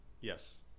yes